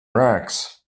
wrecks